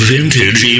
Vintage